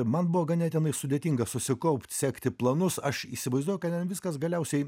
man buvo ganėtinai sudėtinga susikaupt sekti planus aš įsivaizduoju kad ten viskas galiausiai